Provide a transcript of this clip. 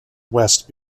west